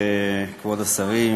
כבוד השרים,